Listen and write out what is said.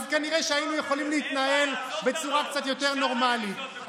כנראה שהיינו יכולים להתנהל בצורה קצת יותר נורמלית.